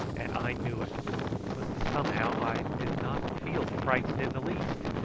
and i knew it but somehow i did not feel frightened in the least,